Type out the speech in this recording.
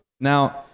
Now